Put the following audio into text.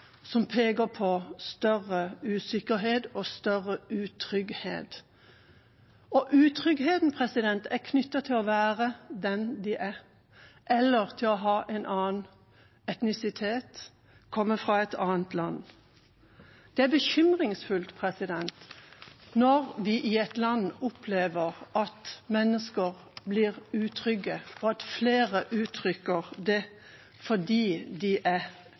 som peker på større usikkerhet og større utrygghet. Utryggheten er knyttet til å være den man er, eller til å ha en annen etnisitet, komme fra et annet land. Det er bekymringsfullt når vi i et land opplever at mennesker blir utrygge fordi de er den de er, og at flere uttrykker det.